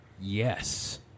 Yes